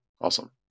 awesome